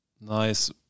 nice